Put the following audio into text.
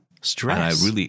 Stress